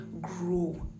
grow